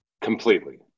completely